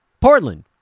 Portland